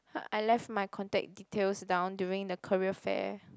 I left my contact details down during the career fair